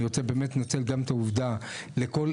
אני באמת רוצה לנצל גם את העובדה להודות